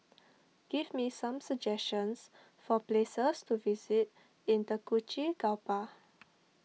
give me some suggestions for places to visit in Tegucigalpa